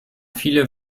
viele